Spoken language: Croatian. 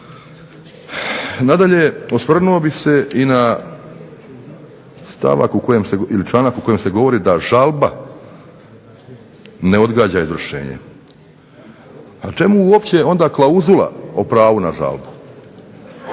se govori ili članak u kojem se govori da žalba ne odgađa izvršenje. Pa čemu uopće onda klauzula o pravu na žalbu?